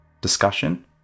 discussion